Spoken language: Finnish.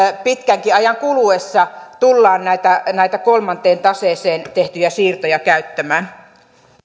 pitkänkin ajan kuluessa tullaan näitä näitä kolmanteen taseeseen tehtyjä siirtoja käyttämään